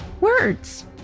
Words